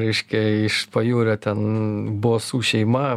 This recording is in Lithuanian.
reiškia iš pajūrio ten bosų šeima